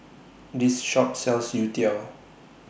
This Shop sells Youtiao